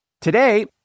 Today